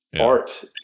art